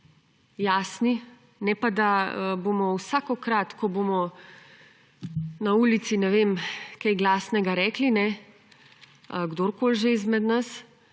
jasni, ne pa, da bomo vsakokrat, ko bomo na ulici kaj glasnega rekli, kdorkoli že izmed nas,